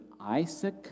Isaac